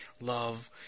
love